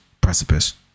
precipice